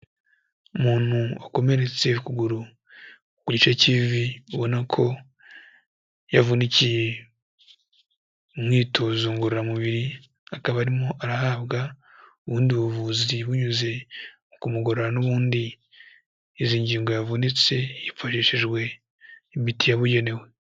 Umuntu wakomeretse ukuguru ku gice cy'ivi, ubona ko yavunikiye mu mwitozo ngororamubiri, akaba arimo arahabwa ubundi buvuzi bunyuze mu kumugorora n'ubundi izi ngingo yavunitse, hifashishijwe imiti yabugenewe.